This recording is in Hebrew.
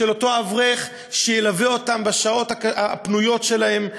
של אותו אברך שילווה אותם בשעות הפנויות שלהם.